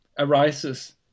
arises